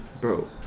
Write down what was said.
Bro